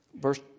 Verse